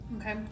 Okay